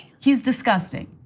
he's disgusting.